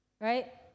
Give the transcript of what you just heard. right